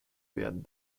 werden